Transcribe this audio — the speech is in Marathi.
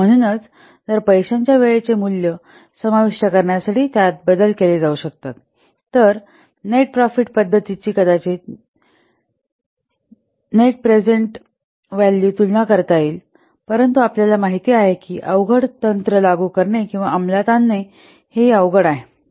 म्हणूनच जर पैशाच्या वेळेचे मूल्य समाविष्ट करण्यासाठी त्यात बदल केले जाऊ शकतात तर नेट प्रॉफिट पद्धतीची कदाचित निव्वळ वर्तमान मूल्याशी तुलना करता येईल परंतु आपल्याला माहित आहे की अवघड तंत्र लागू करणे किंवा अंमलात आणणे हे हि अवघड आहे